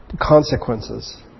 consequences